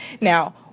Now